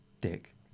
Dick